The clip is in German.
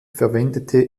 verwendete